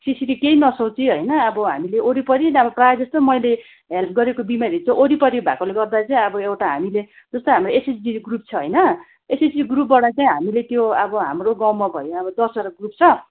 त्यसरी केही नसोची होइन अब हामीले वरिपरि नभए प्रायजस्तो मैले हेल्प गरेको बिमारी चाहिँ वरिपरि भएकोले गर्दा चाहिँ अब एउटा हामीले जस्तै हाम्रो एसएचजी ग्रुप छ होइन एसएचजी ग्रुपबाट चाहिँ हामीले त्यो अब हाम्रो गाउँमा भयो अब दसवटा ग्रुप छ